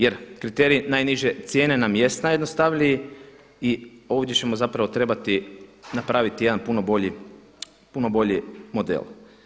Jer kriterij najniže cijene nam jest najjednostavniji i ovdje ćemo zapravo trebati napraviti jedan puno bolji model.